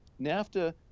NAFTA